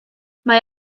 mae